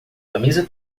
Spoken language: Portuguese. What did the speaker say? camisa